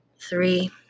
Three